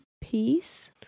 piece